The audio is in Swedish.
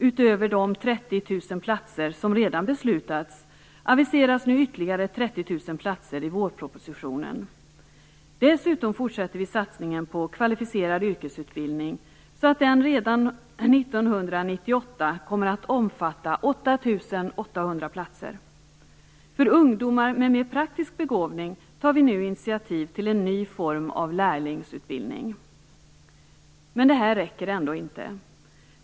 Utöver de 30 000 platser som redan beslutats aviseras ytterligare 30 000 platser i vårpropositionen. Dessutom fortsätter vi satsningen på kvalificerad yrkesutbildning så att den redan 1998 kommer att omfatta 8 800 platser. För ungdomar med mer praktisk begåvning tar vi initiativ till en ny form av lärlingsutbildning. Men det räcker ändå inte.